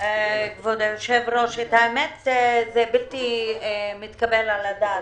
כבוד היושב ראש, האמת היא שזה בלתי מתקבל על הדעת.